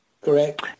correct